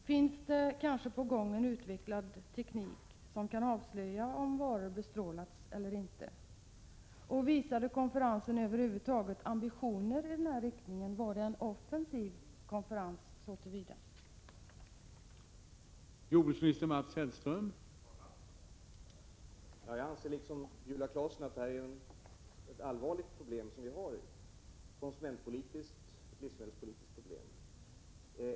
Finns det kanske på gång en utvecklad teknik som kan avslöja om varorna bestrålats eller inte? Visade konferensen över huvud taget ambitioner i denna riktning? Var konferensen så till vida offensiv?